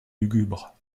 lugubre